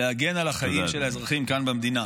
להגן על החיים של האזרחים כאן במדינה.